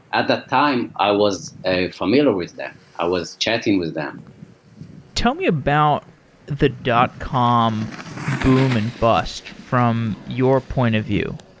at that time, i was ah familiar with them. i was chatting with them tell me about the dot com boom and bust from your point of view.